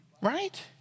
right